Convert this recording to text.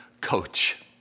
coach